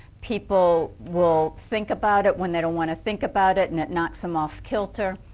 people will think about it when they done want to think about it and it knocks them off kilter.